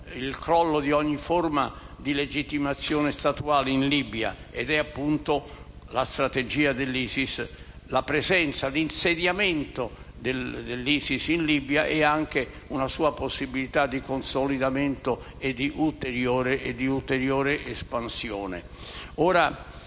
il crollo di ogni forma di legittimazione statuale in Libia. Parlo appunto della strategia dell'ISIS, della presenza e dell'insediamento dell'ISIS in Libia e anche di una sua possibilità di consolidamento e di ulteriore espansione.